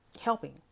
helping